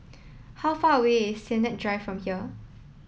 how far away is Sennett Drive from here